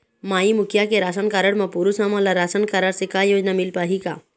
माई मुखिया के ration card म पुरुष हमन ला रासनकारड से का योजना मिल पाही का?